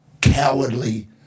cowardly